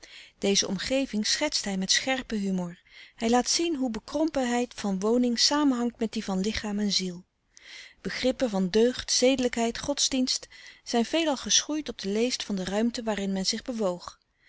deze omgeving schetst hij met scherpe humor hij laat zien hoe bekrompenheid van woning samenhangt met die van lichaam en ziel begrippen van deugd zedelijkheid godsdienst zijn veelal geschoeid op de leest van de ruimte waarin men zich bewoog